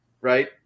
right